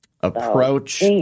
Approach